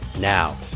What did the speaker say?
Now